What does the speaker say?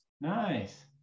nice